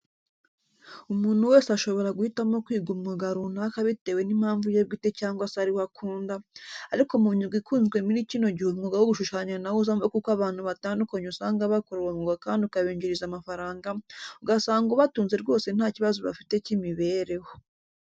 Umuntu wese ashobora guhitamo kwiga umwuga runaka bitewe n'impamvu ye bwite cyangwa se ari wo akunda, ariko mu myuga ikunzwe muri kino gihe umwuga wo gushushanya nawo uzamo kuko abantu batandukanye usanga bakora uwo mwuga kandi ukabinjiriza amafaranga, ugasanga ubatunze rwose nta kibazo bafite cy'imibereho.